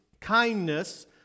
kindness